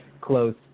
close